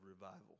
revival